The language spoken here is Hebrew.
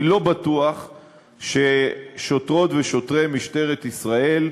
אני לא בטוח ששוטרות ושוטרי משטרת ישראל,